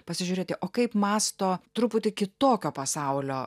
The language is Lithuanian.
pasižiūrėti o kaip mąsto truputį kitokio pasaulio